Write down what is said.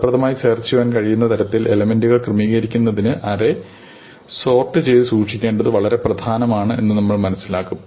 ഫലപ്രദമായി സേർച്ച് ചെയ്യുവാൻ കഴിയുന്ന തരത്തിൽ എലെമെന്റുകൾ ക്രമീകരിക്കുന്നതിന് അറേ സോർട് ചെയ്ത സൂക്ഷിക്കേണ്ടത് വളരെ പ്രധാനമാണെന്ന് നമ്മൾ മനസ്സിലാക്കും